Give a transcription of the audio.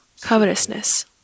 covetousness